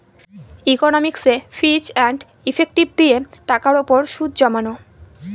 ইকনমিকসে Fitch and effective দিয়ে টাকার উপর সুদ জমানো